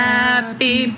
Happy